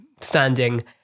standing